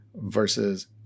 versus